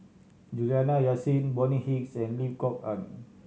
Juliana Yasin Bonny Hicks and Lim Kok Ann